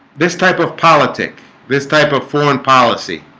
this type of politic this type of foreign policy